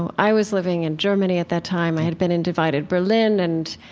and i was living in germany at that time. i had been in divided berlin. and,